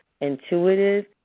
intuitive